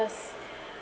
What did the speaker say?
cause